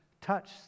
touch